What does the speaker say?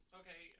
okay